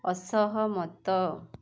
ଅସହମତ